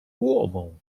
głową